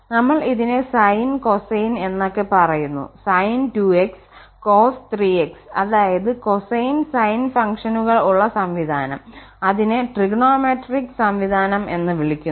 നമ്മൾ ഇതിനെ sine cosine എന്നൊക്കെ പറയുന്നു sin 2x cos 3x അതായത് കൊസൈൻ സൈൻ ഫംഗ്ഷനുകൾ ഉള്ള സംവിധാനം അതിനെ ത്രികോണമിതി സംവിധാനം എന്ന് വിളിക്കുന്നു